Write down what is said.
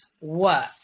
work